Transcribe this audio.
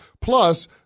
Plus